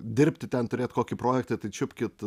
dirbti ten turėt kokį projektą tai čiupkit